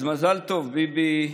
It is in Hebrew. אז מזל טוב, ביבי.